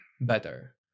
better